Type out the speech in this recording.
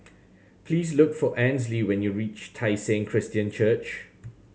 please look for Ansley when you reach Tai Seng Christian Church